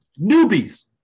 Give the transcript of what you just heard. Newbies